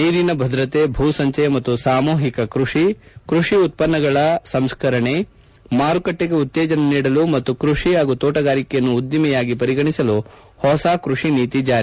ನೀರಿನ ಭದ್ರತೆ ಭೂ ಸಂಚಯ ಮತ್ತು ಸಾಮೂಹಿಕ ಕೃಷಿ ಕೃಷಿ ಉತ್ಪನ್ನಗಳ ಸಂಸ್ಕರಣೆ ಮಾರುಕಟ್ಟಿಗೆ ಉತ್ತೇಜನ ನೀಡಲು ಮತ್ತು ಕೃಷಿ ಹಾಗೂ ತೋಟಗಾರಿಕೆಯನ್ನು ಉದ್ದಿಮೆಯಾಗಿ ಪರಿಗಣಿಸಲು ಹೊಸ ಕೃಷಿ ನೀತಿ ಜಾರಿ